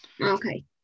Okay